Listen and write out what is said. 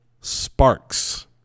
sparks